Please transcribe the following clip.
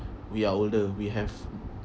we are older we have